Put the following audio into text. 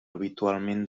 habitualment